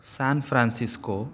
San Francisco